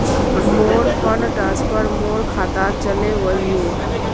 मोर fund transfer मोर खातात चले वहिये